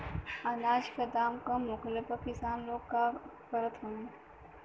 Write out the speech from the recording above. अनाज क दाम कम होखले पर किसान लोग का करत हवे?